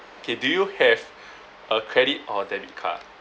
okay do you have a credit or debit card